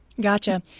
Gotcha